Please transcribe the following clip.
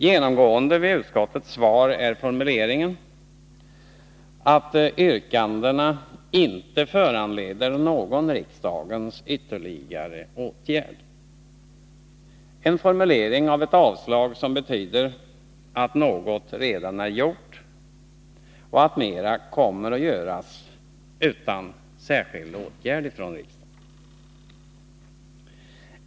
Genomgående vid utskottets hemställan är formuleringen att yrkandena inte föranleder någon riksdagens ytterligare åtgärd, en formulering av ett avstyrkande som betyder att något redan är gjort och att mera kommer att göras utan särskild åtgärd från riksdagen.